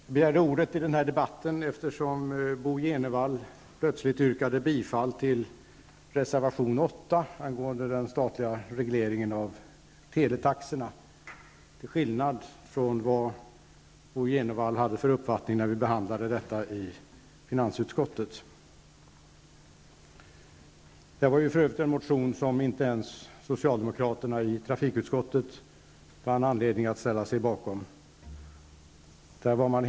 Herr talman! Jag begärde ordet i denna debatt eftersom Bo G Jenevall plötsligt yrkade bifall till reservation 8 angående den statliga regleringen av teletaxorna. Han hade en annan uppfattning när vi behandlade denna fråga i finansutskottet. Inte ens socialdemokraterna i trafikutskottet fann anledning att ställa sig bakom Ny Demokratis motion.